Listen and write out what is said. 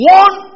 one